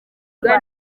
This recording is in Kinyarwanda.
bwa